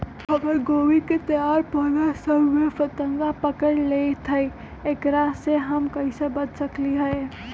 हमर गोभी के तैयार पौधा सब में फतंगा पकड़ लेई थई एकरा से हम कईसे बच सकली है?